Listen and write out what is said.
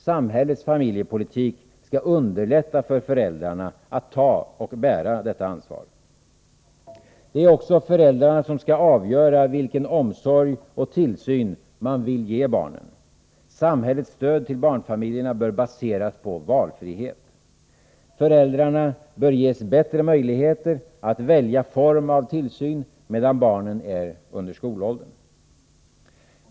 Samhällets familjepolitik skall underlätta för föräldrarna att ta och bära detta ansvar. Det är också föräldrarna som skall avgöra vilken omsorg och tillsyn man vill ge barnen. Samhällets stöd till barnfamiljerna bör baseras på valfrihet. Föräldrarna bör ges bättre möjligheter att välja form av tillsyn, medan barnen är i skolåldern.